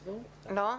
לא?